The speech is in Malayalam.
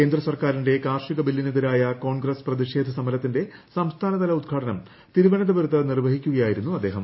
കേന്ദ്രസർക്കാരിന്റെകാർഷിക ബില്ലിനെതിരായ ക്ടോൺഗ്ഗസ്സ് പ്രതിഷേധ സമരത്തിന്റെ സംസ്ഥാനതല ഉദ്ഘാടന്ം തിരുവനന്തപുരത്ത് നിർവഹിക്കുക ആയിരുന്നു അദ്ദേഹം